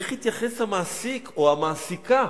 איך יתייחסו המעסיק או המעסיקה,